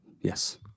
yes